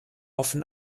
offen